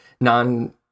non